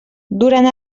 durant